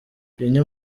kenya